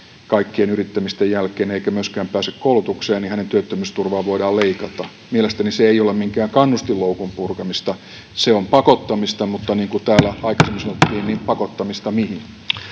kaikkien yrittämisten jälkeen eikä myöskään pääse koulutukseen työttömyysturvaa voidaan leikata mielestäni se ei ole minkään kannustinloukun purkamista se on pakottamista mutta niin kuin täällä aikaisemmin sanottiin pakottamista mihin